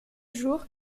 jour